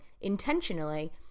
intentionally